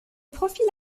profil